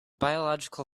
biological